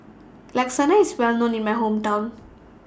Lasagna IS Well known in My Hometown